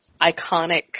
iconic